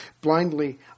Blindly